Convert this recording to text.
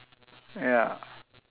ya